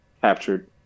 captured